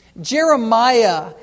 Jeremiah